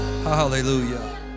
Hallelujah